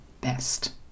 best